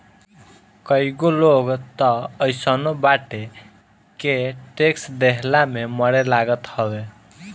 कईगो लोग तअ अइसनो बाटे के टेक्स देहला में मरे लागत हवे